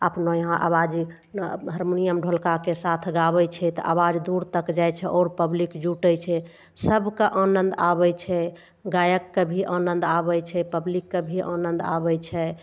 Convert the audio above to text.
अपना यहाँ आवाज हार्मोनियम ढोलकके साथ गाबय छै तऽ आवाज दूर तक जाइ छै आओर पब्लिक जुटय छै सबके आनन्द आबय छै गायकके भी आनन्द आबय छै पब्लिकके भी आनन्द आबय छै